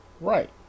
Right